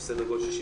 לסדר גודל 67%,